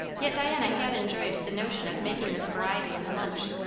yet diana had enjoyed the notion of making this variety in the lunch.